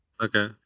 Okay